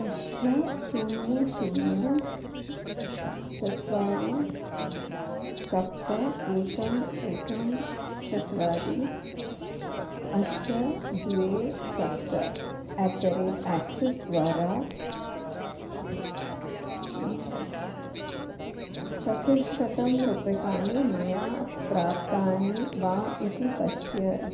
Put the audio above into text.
अष्ट शून्यं शून्यं चत्वारि सप्त एकम् एकं चत्वारि अष्ट द्वे सप्त अट् द रेट् एक्सिस् द्वारा चतुःशतं रूप्यकाणि मया प्राप्तानि वा इति पश्य